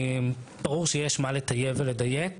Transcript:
ברור שיש מה לתקן ולדייק,